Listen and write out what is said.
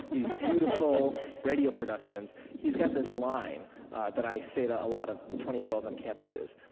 these beautiful radio productions. he's got this line that i say to a lot of twenty year olds on campuses.